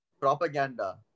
propaganda